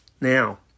Now